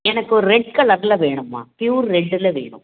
எனக்கு ஒரு ரெட் கலரில் வேணும்மா ப்யூர் ரெட்டில் வேணும்